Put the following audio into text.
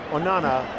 Onana